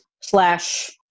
slash